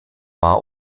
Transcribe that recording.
war